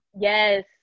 Yes